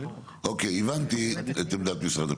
אוקיי, הבנתי את עמדת משרד הפנים.